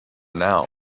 now